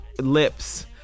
lips